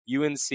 UNC